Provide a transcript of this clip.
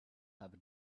have